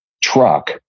truck